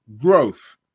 growth